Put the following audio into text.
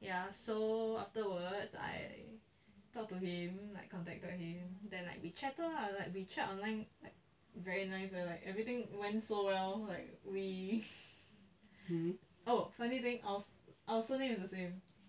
ya so afterwards I talked to him I contacted him then like we catted lah like we chat online like very nice like everything went so well like we oh funny thing our surname is the same